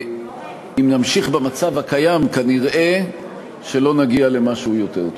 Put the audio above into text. אם נמשיך במצב הקיים כנראה לא נגיע למשהו יותר טוב.